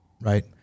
right